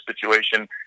situation